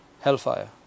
hellfire